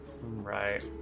right